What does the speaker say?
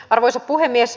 arvoisa puhemies